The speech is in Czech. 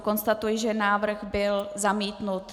Konstatuji, že návrh byl zamítnut.